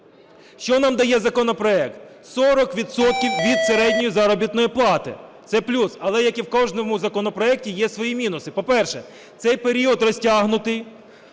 Що нам дає законопроект. 40 відсотків від середньої заробітної плати – це плюс. Але, як і в кожному законопроекті, є свої мінуси. По-перше, цей період розтягнутий